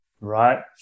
right